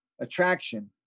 attraction